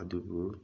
ꯑꯗꯨꯕꯨ